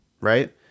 right